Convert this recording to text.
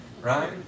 right